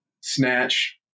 Snatch